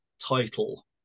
title